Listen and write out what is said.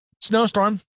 Snowstorm